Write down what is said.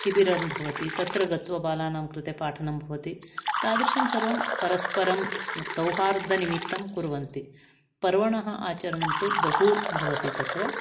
शिबिरं भवति तत्र गत्वा बालानां कृते पाठनं भवति तादृशं सर्वं परस्परं सौहार्द निमित्तं कुर्वन्ति पर्वणः आचरणं तु बहु भवति तत्र